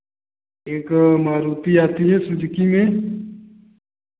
एक मारुती आती है सुजुकी में